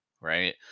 right